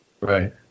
right